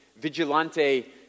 vigilante